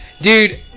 dude